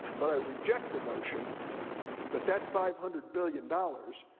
but i reject the notion that that five hundred billion dollars,